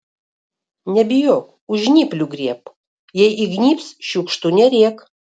nebijok už žnyplių griebk jei įgnybs šiukštu nerėk